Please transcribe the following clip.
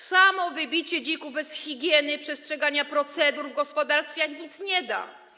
Samo wybicie dzików bez higieny, przestrzegania procedur w gospodarstwach nic nie da.